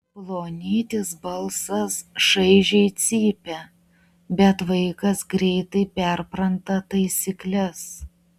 plonytis balsas šaižiai cypia bet vaikas greitai perpranta taisykles